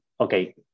okay